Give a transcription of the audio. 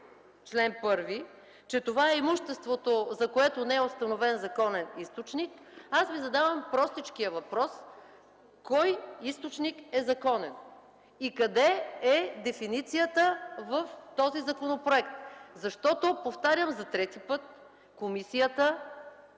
чл. 1, че това е имуществото, за което не е установен законен източник, аз Ви задавам простичкия въпрос: кой източник е законен и къде е дефиницията в този законопроект? Повтарям за трети път, комисията